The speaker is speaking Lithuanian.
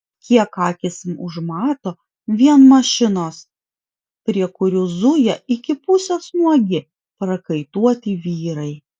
kiek akys užmato vien mašinos prie kurių zuja iki pusės nuogi prakaituoti vyrai